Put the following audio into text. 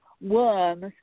worms